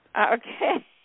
Okay